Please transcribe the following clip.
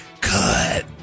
cut